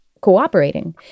cooperating